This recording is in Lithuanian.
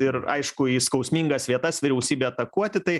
ir aišku į skausmingas vietas vyriausybę atakuoti tai